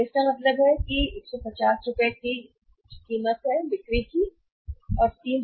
तो इसका मतलब यह है कि 150 रुपये की कीमत में 150 रुपये की बिक्री होगी यह कितना है अभी